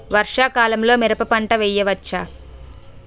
వర్షాకాలంలో మిరప పంట వేయవచ్చా?